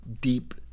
deep